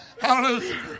Hallelujah